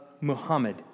Muhammad